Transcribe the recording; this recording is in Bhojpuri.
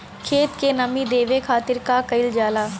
खेत के नामी देवे खातिर का कइल जाला?